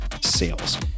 sales